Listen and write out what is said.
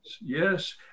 yes